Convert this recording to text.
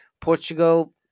Portugal